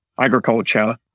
agriculture